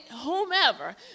Whomever